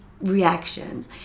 reaction